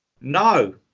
No